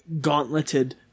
gauntleted